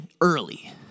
early